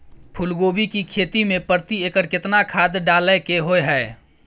फूलकोबी की खेती मे प्रति एकर केतना खाद डालय के होय हय?